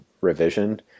revision